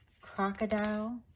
crocodile